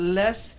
less